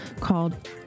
called